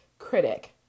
Critic